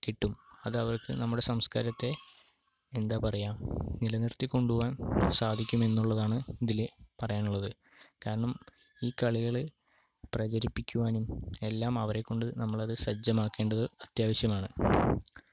കിട്ടും അത് അവർക്ക് നമ്മുടെ സംസ്കാരത്തെ എന്താ പറയുക നിലനിർത്തിക്കൊണ്ടു പോകാൻ സാധിക്കും എന്നുള്ളതാണ് ഇതിൽ പറയാനുള്ളത് കാരണം ഈ കളികൾ പ്രചരിപ്പിക്കുവാനും എല്ലാം അവരെക്കൊണ്ട് നമ്മളത് സജ്ജമാക്കേണ്ടത് അത്യാവശ്യമാണ്